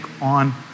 on